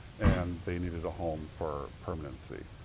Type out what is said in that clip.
and they needed a home for permanency.